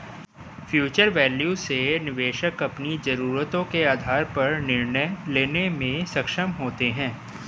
future value से निवेशक अपनी जरूरतों के आधार पर निर्णय लेने में सक्षम होते हैं